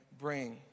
bring